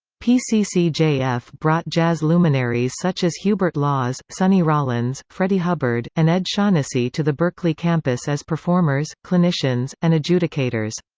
pccjf brought jazz luminaries such as hubert laws, sonny rollins, freddie hubbard, and ed shaughnessy to the berkeley campus as performers, clinicians, and adjudicators.